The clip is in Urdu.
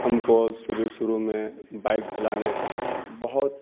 ہم کو شروع شروع میں بائک چلانے کا بہت